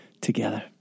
together